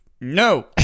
No